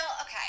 okay